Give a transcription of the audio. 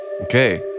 Okay